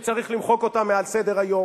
שצריך למחוק אותה מסדר-היום,